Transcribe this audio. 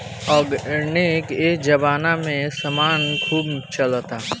organic ए जबाना में समान खूब चलता